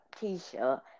T-shirt